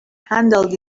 handled